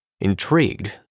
Intrigued